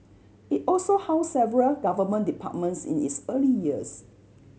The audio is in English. it also housed several Government departments in its early years